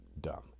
dumb